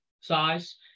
size